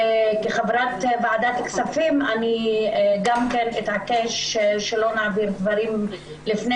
כחברת ועדת כספים אני גם אתעקש שלא נעביר דברים לפני